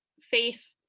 Faith